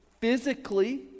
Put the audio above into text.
physically